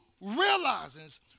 realizes